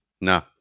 No